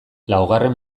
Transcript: laugarren